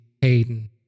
Hayden